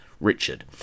Richard